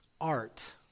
art